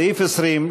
סעיף 20,